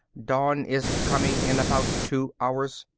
dawn is coming in about two hours.